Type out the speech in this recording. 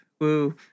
Woo